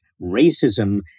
racism